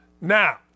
Now